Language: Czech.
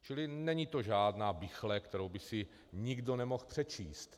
Čili není to žádná bichle, kterou by si nikdo nemohl přečíst.